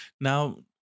Now